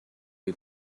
you